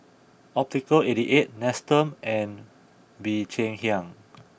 Optical eighty eight Nestum and Bee Cheng Hiang